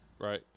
right